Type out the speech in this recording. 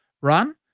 run